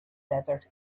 desert